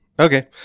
okay